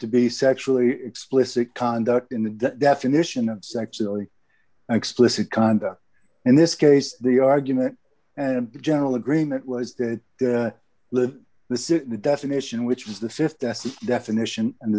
to be sexually explicit conduct in the definition of sexually explicit conduct in this case the argument and general agreement was that the the signet definition which was the th definition and